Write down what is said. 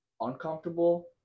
uncomfortable